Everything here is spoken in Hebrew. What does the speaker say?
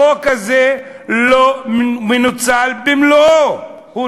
החוק הזה לא מנוצל במלואו.